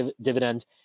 dividends